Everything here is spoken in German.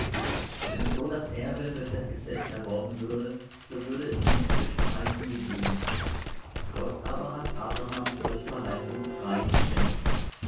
denn so das erbe durch das gesetz erworben würde so würde es nicht durch verheißung gegeben gott aber hat's abraham durch verheißung frei geschenkt